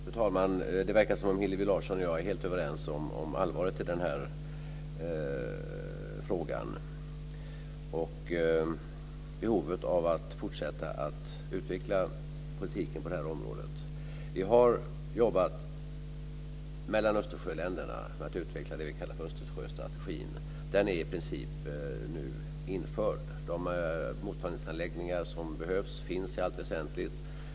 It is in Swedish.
Fru talman! Det verkar som att Hillevi Larsson och jag är helt överens om allvaret i den här frågan och om behovet av att fortsätta att utveckla politiken på det här området. Vi har jobbat mellan Östersjöländerna med att utveckla det som vi kallar Östersjöstrategin. Den är i princip nu införd. De mottagningsanläggningar som behövs finns i allt väsentligt.